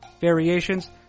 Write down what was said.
variations